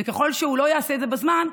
וככל שהוא לא יעשה את זה בזמן,